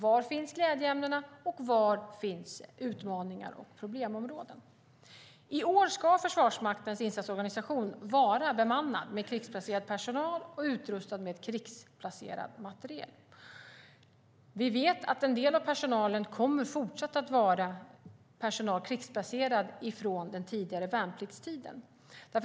Var finns glädjeämnena, och var finns utmaningar och problemområden? I år ska Förvarsmaktens insatsorganisation vara bemannad med krigsplacerad personal och utrustad med krigsplacerad materiel. Vi vet att en del av den krigsplacerade personalen kommer att vara från värnpliktstiden.